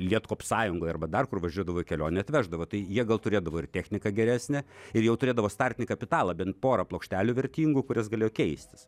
lietkopsąjungoj arba dar kur važiuodavo į kelionę atveždavo tai jie gal turėdavo ir techniką geresnę ir jau turėdavo startinį kapitalą bent porą plokštelių vertingų kurias galėjo keistis